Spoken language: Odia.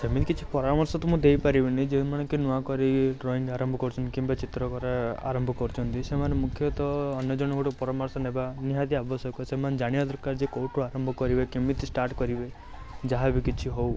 ସେମିତି କିଛି ପରାମର୍ଶ ତ ମୁଁ ଦେଇପାରିବିନି ଯେଉଁମାନେକି ନୂଆ କରି ଡ୍ରଇଙ୍ଗ ଆରମ୍ଭ କରୁଛନ୍ତି କିମ୍ବା ଚିତ୍ର କରିବା ଆରମ୍ଭ କରୁଛନ୍ତି ସେମାନେ ମୁଖ୍ୟତଃ ଅନ୍ୟ ଜଣଙ୍କଠାରୁ ପରାମର୍ଶ ନେବା ନିହାତି ଆବଶ୍ୟକ ସେମାନେ ଜାଣିବା ଦରକାର ଯେ କେଉଁଠୁ ଆରମ୍ଭ କରିବେ କେମିତି ଷ୍ଟାର୍ଟ କରିବେ ଯାହାବି କିଛି ହେଉ